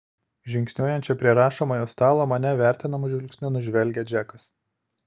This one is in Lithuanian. žingsniuojančią prie rašomojo stalo mane vertinamu žvilgsniu nužvelgia džekas